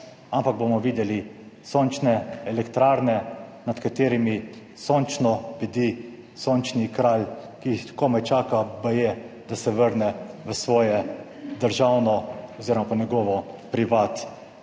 ampak bomo videli sončne elektrarne, nad katerimi sončno bdi sončni kralj, ki komaj čaka, baje, da se vrne v svoje državno oziroma po njegovo, privat